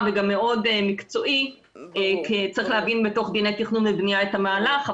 וגם מאוד מקצועי כי צריך להבין מתוך דיני התכנון והבנייה אתה הלך.